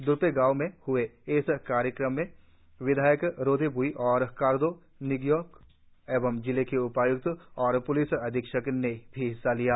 द्रपै गांव में हए इस कार्यक्रम में विधायक रोदे बुई और कारदो निग्योर एवं जिले के उपाय्क्त और प्लिस अधीक्षक ने भी हिस्सा लिया